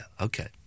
okay